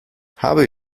habe